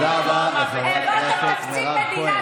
תודה רבה לחברת הכנסת מירב כהן.